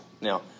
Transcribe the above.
Now